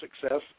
success